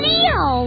Leo